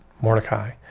Mordecai